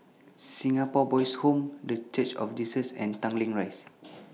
Singapore Boys' Home The Church of Jesus and Tanglin Rise